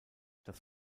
das